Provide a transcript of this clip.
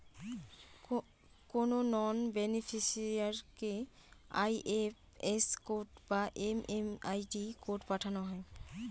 কোনো নন বেনিফিসিরইকে IFS code বা এম.এম.আই.ডি কোড পাঠানো হয়